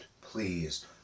Please